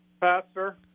Pastor